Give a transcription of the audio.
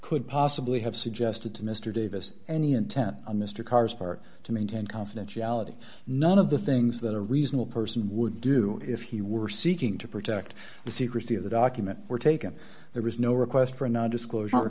could possibly have suggested to mr davis any intent on mr karr's part to maintain confidentiality none of the things that a reasonable person would do if he were seeking to protect the secrecy of the documents were taken there was no request for a non disclosure